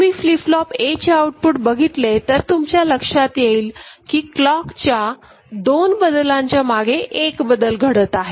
तुम्ही flip flop A चे output बघितले तर तुमच्या लक्षात येईल कि क्लॉक च्या 2 बदलांच्या मागे एक बदल घडत आहे